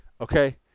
Okay